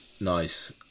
Nice